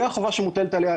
זו החובה שמוטלת עליה,